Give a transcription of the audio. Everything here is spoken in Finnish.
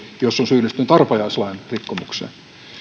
jos on syyllistynyt arpajaislain rikkomukseen